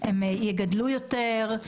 הם יגדלו יותר,